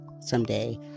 someday